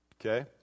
Okay